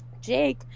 Jake